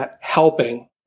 helping